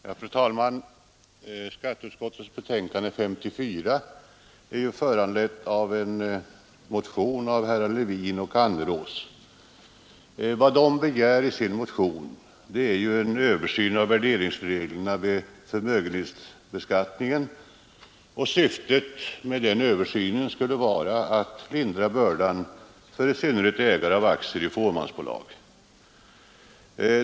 Fru talman! Skatteutskottets betänkande nr 54 är föranlett av en motion av herrar Levin och Annerås. De begär en översyn av värderingsreglerna vid förmögenhetsbeskattningen, och syftet med den översynen skulle vara att lindra bördan för i synnerhet ägare av aktier i fåmansbolag.